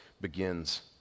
begins